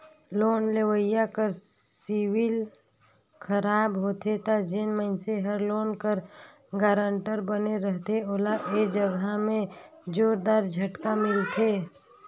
loan लेवइया कर CIBIL खराब होथे ता जेन मइनसे हर लोन कर गारंटर बने रहथे ओला ए जगहा में जोरदार झटका मिलथे